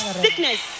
sickness